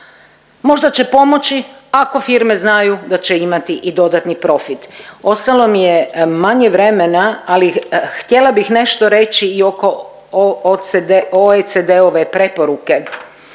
možda će pomoći ako firme znaju da će imati i dodatni profit. Ostalo mi je manje vremena, ali htjela bih nešto reći i oko OECD-ove preporuke.